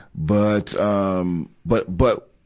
but, um, but, but,